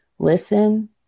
listen